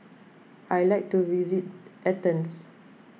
I like to visit Athens